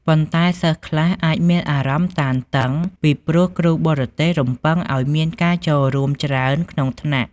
ប៉ុន្តែសិស្សខ្លះអាចមានអារម្មណ៍តានតឹង ពីព្រោះគ្រូបរទេសរំពឹងឲ្យមានការចូលរួមច្រើនក្នុងថ្នាក់។